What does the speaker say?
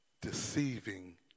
Deceiving